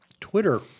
Twitter